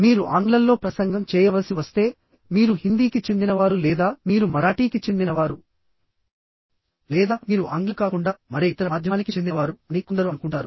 మీరు ఆంగ్లంలో ప్రసంగం చేయవలసి వస్తే మీరు హిందీకి చెందినవారు లేదా మీరు మరాఠీకి చెందినవారు లేదా మీరు ఆంగ్లం కాకుండా మరే ఇతర మాధ్యమానికి చెందినవారు అని కొందరు అనుకుంటారు